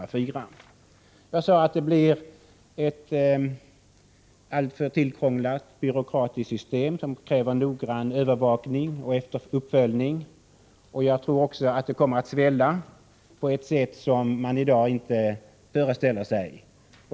Jag sade att persontransportstödet blir ett alltför tillkrånglat, byråkratiskt system som kräver noggrann övervakning och uppföljning, och jag tror också att det kommer att svälla på ett sätt som man i dag inte föreställer sig.